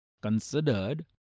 considered